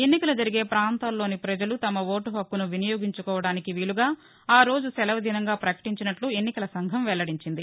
ఎన్నికలు జరిగే పాంతాల్లోని పజలు తమ ఓటు హక్కును వినియోగించుకోవడానికి వీలుగా ఆరోజు శెలవు దినంగా పటీంచినట్ల ఎన్నికల సంఘం వెల్లడించింది